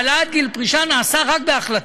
העלאת גיל פרישה נעשית רק בהחלטה.